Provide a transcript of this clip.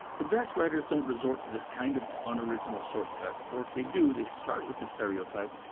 the best writers don't resort to this kind of unoriginal shortcut, or if they do, they start with the stereotype,